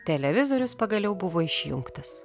televizorius pagaliau buvo išjungtas